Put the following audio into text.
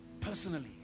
personally